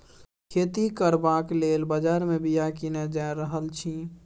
खेती करबाक लेल बजार मे बीया कीने जा रहल छी